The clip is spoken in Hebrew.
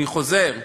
אני חוזר,